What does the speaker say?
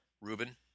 Ruben